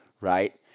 Right